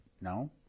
No